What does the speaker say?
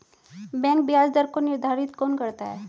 Bank ब्याज दर को निर्धारित कौन करता है?